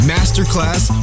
Masterclass